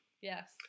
Yes